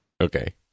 Okay